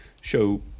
show